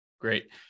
Great